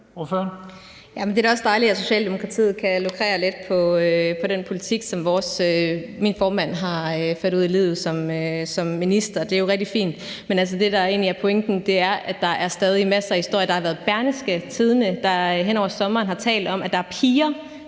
Det er da også dejligt, at Socialdemokratiet kan lukrere lidt på den politik, som min formand har ført ud i livet som minister. Det er jo rigtig fint, men det, der egentlig er pointen, er, at der stadig er masser af historier. Der har været Berlingske, hvor man hen over sommeren har fortalt om, at der stadig